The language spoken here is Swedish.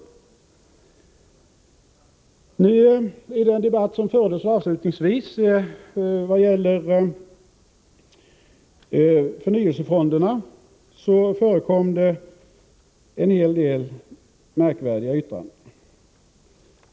Islutet av den debatt som fördes om förnyelsefonderna förekom en hel del märkvärdiga yttranden.